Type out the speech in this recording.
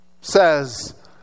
says